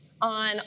on